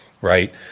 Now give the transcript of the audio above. right